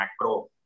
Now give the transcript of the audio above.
macro